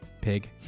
Pig